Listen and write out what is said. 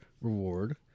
reward